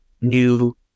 new